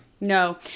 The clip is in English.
No